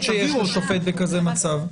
שופט בכזה מצב?